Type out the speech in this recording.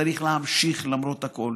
וצריך להמשיך למרות הכול.